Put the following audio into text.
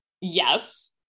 yes